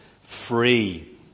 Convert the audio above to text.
free